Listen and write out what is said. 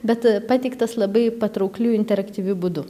bet pateiktas labai patraukliu interaktyviu būdu